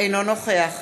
אינו נוכח